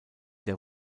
der